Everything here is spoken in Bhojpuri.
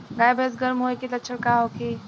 गाय भैंस गर्म होय के लक्षण का होखे?